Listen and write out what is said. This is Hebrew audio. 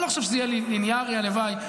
אני לא חושב שזה יהיה הלינארי, הלוואי.